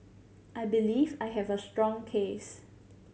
I believe I have a strong case